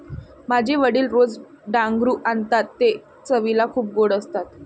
माझे वडील रोज डांगरू आणतात ते चवीला खूप गोड असतात